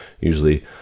usually